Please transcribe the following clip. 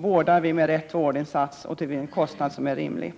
Vårdar vi med rätt vårdinsats och till en kostnad som är rimlig?